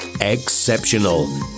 exceptional